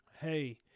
hey